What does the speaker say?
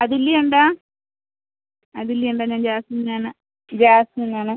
അതുല്യ ഉണ്ടോ അതുല്യ ഉണ്ടോ ഞാൻ ജാസ്മിനാണ് ജാസ്മിനാണ്